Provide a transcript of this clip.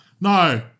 No